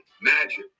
magic